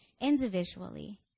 individually